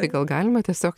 tai gal galima tiesiog